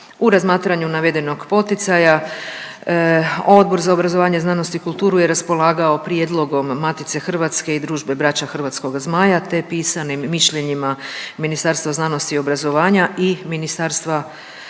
U razmatranju navedenog poticanja, Odbor za obrazovanje, znanost i kulturu je raspolagao prijedlogom Matice hrvatske i Družbe Brača hrvatskoga zmaja te pisanim mišljenjima Ministarstva znanosti i obrazovanja i Ministarstva kulture